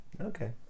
okay